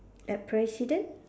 like president